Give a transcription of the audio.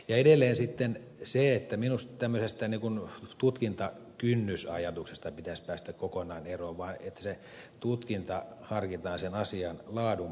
edelleen sitten minusta tämmöisestä tutkintakynnysajatuksesta pitäisi päästä kokonaan eroon niin että tutkinta harkitaan sen asian laadun perusteella